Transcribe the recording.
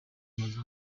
amaze